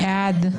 מי נגד?